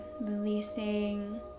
releasing